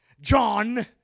John